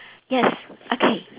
yes okay